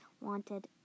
wanted